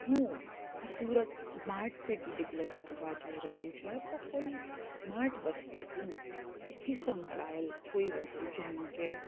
હું આ Surat smart city declare થરવા જઈ રહ્યું છે તો કોઈ સ્માર્ટ વસ્તુથી સંકળાયેલ કોઈ વસ્તુ જેમ કે